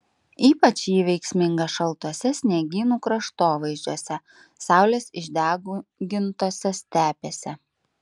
ypač ji veiksminga šaltuose sniegynų kraštovaizdžiuose saulės išdegintose stepėse